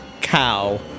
cow